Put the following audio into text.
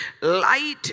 light